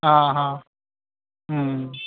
अ अ